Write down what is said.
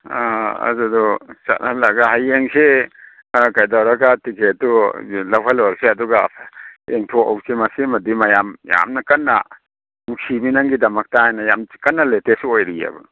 ꯑꯥ ꯑꯗꯨꯗꯨ ꯆꯠꯍꯜꯂꯒ ꯍꯌꯦꯡꯁꯤ ꯀꯩꯗꯧꯔꯒ ꯇꯤꯀꯦꯠꯇꯨ ꯂꯧꯍꯜꯂꯨꯔꯁꯦ ꯑꯗꯨꯒ ꯌꯦꯡꯊꯣꯛꯍꯧꯁꯤ ꯃꯁꯤꯃꯗꯤ ꯃꯌꯥꯝ ꯌꯥꯝꯅ ꯀꯟꯅ ꯅꯨꯡꯁꯤꯕꯤ ꯅꯪꯒꯤꯗꯃꯛꯇ ꯍꯥꯏꯅ ꯌꯥꯝ ꯀꯟꯅ ꯂꯦꯇꯦꯁ ꯑꯣꯏꯔꯤꯑꯕ